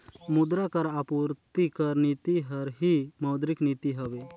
मुद्रा कर आपूरति कर नीति हर ही मौद्रिक नीति हवे